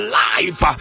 life